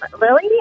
Lily